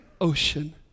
ocean